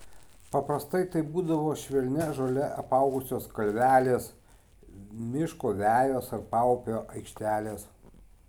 paprastai tai būdavo švelnia žole apaugusios kalvelės miško vejos ar paupio aikštelės